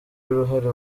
uruhare